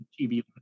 TV